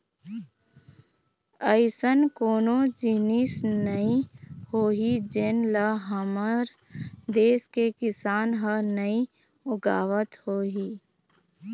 अइसन कोनो जिनिस नइ होही जेन ल हमर देस के किसान ह नइ उगावत होही